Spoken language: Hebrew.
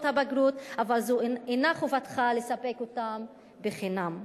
הבגרות אבל זו אינה חובתך לספק אותן חינם.